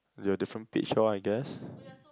we have different pitch lor I guess